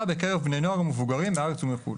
בקרב בני נוער ומבוגרים מהארץ ומחו"ל.